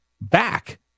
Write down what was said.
back